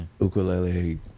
ukulele